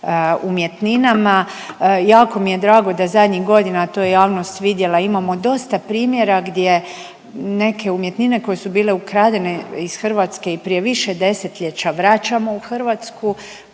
umjetninama. Jako mi je drago da zadnjih godina, a to je javnost vidjela imamo dosta primjera gdje neke umjetnine koje su bile ukradene iz Hrvatske i prije više desetljeća vraćamo u Hrvatsku.